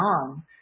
on